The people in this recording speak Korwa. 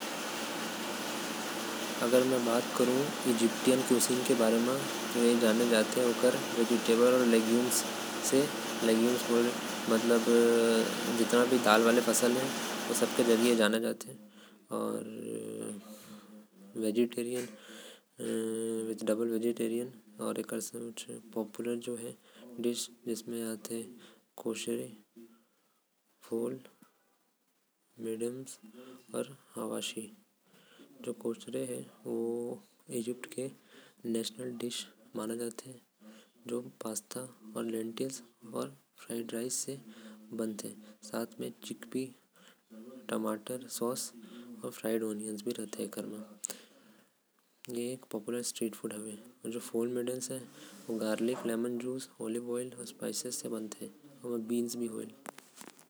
इजिप्ट वाला मन जानल जाथे। अपन दाल वाला फसल से अउ सब्जी मन से। इजिप्ट मन के अगर बात करब तो हमन ला पता चलेल। फूल मेडामेस चावल अउ पास्ता ओमन के प्रमुख खाना हवे। एहि सब वहा के लोग मन ज्यादा खाथे।